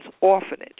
Orphanage